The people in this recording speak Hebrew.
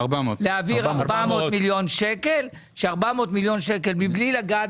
להעביר 400 מיליון שקל מבלי לגעת